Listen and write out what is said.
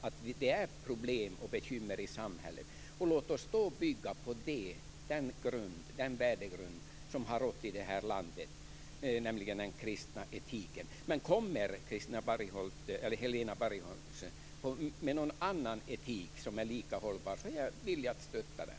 att det är problem och bekymmer i samhället. Låt oss då bygga på den värdegrund som har rått i det här landet, nämligen den kristna etiken. Men kommer Helena Bargholtz med en annan etik som är lika hållbar vill jag stötta den.